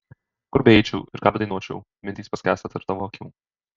kur beeičiau ir ką bedainuočiau mintys paskęsta tarp tavo akių